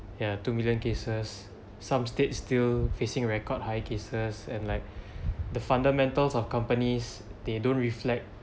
ya two million cases some states still facing record high cases and like the fundamentals of companies they don't reflect